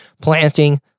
planting